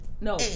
no